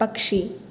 പക്ഷി